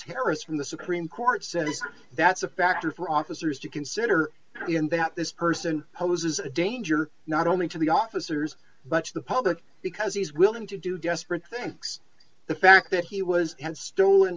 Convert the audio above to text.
harris from the supreme court said his that's a factor for officers to consider in that this person poses a danger not only to the officers but to the public because he's willing to do desperate thinks the fact that he was had stolen